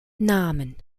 namen